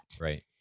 Right